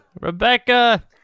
Rebecca